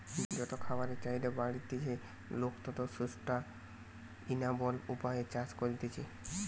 যত খাবারের চাহিদা বাড়তিছে, লোক তত সুস্টাইনাবল উপায়ে চাষ করতিছে